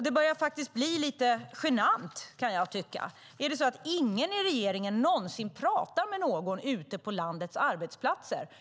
Det börjar bli lite genant. Är det ingen i regeringen som någonsin pratar med någon ute på landets arbetsplatser?